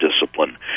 discipline